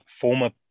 former